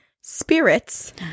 spirits